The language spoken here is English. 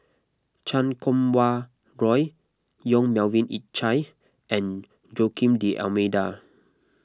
Chan Kum Wah Roy Yong Melvin Yik Chye and Joaquim D'Almeida